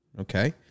okay